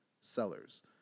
sellers